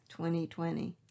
2020